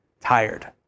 tired